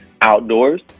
outdoors